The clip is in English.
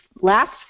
last